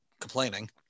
complaining